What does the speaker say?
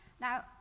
Now